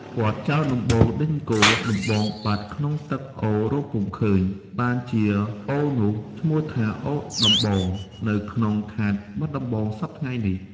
គាត់ចោលដំបងដេញគោ ដំបងបាត់ក្នុងទឹកអូររកពុំឃើញ បានជាអូរនោះឈ្មោះថា "អូរដំបង" នៅក្នុងខេត្តបាត់ដំបងសព្វថៃ្ងនេះ ។